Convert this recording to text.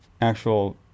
actual